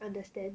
understand